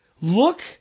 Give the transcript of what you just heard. Look